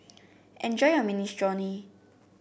enjoy your Minestrone